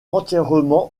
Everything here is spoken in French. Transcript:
entièrement